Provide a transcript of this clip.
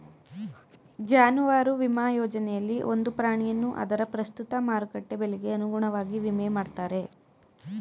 ಜಾನುವಾರು ವಿಮಾ ಯೋಜನೆಯಲ್ಲಿ ಒಂದು ಪ್ರಾಣಿಯನ್ನು ಅದರ ಪ್ರಸ್ತುತ ಮಾರುಕಟ್ಟೆ ಬೆಲೆಗೆ ಅನುಗುಣವಾಗಿ ವಿಮೆ ಮಾಡ್ತಾರೆ